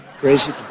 Crazy